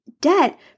debt